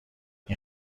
این